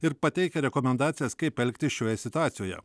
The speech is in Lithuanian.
ir pateikia rekomendacijas kaip elgtis šioje situacijoje